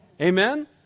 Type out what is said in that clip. Amen